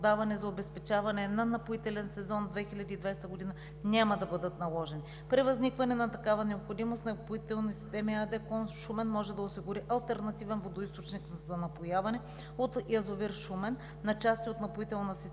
водоподаване за обезпечаване на напоителен сезон 2020 г. няма да бъдат наложени. При възникване на такава необходимост „Напоителни системи“ ЕАД – клон Шумен, може да осигури алтернативен водоизточник за напояване от язовир „Шумен“, на части от напоителна система „Виница“